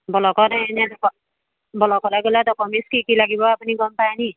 ব্লকত এনেই ব্লকত গ'লে ডক'মেণ্টছ কি কি লাগিব আপুনি গম পায় নি